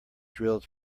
drilled